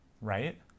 right